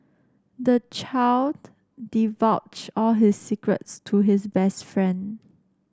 the child divulged all his secrets to his best friend